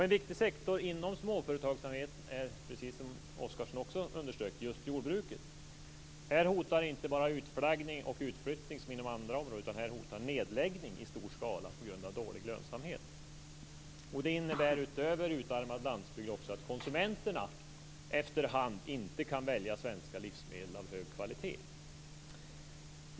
En viktig sektor inom småföretagsamhet är, precis som Oscarsson också underströk, just jordbruket. Här hotar inte bara utflaggning och utflyttning som inom andra områden, utan här hotar nedläggning i stor skala på grund av dålig lönsamhet. Det innebär, utöver utarmad landsbygd, också att konsumenterna efterhand inte kan välja svenska livsmedel av hög kvalitet.